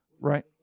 right